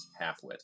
Halfwit